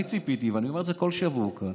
אני אומר את זה כל שבוע כאן: